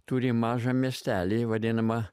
turi mažą miestelį vadinamą